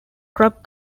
krupp